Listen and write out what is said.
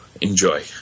Enjoy